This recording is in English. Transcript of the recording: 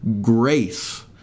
grace